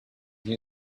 new